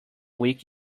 week